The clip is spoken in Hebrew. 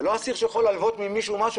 זה לא אסיר שיכול ללוות ממישהו משהו.